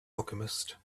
alchemist